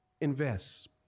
Invest